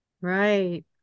Right